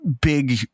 big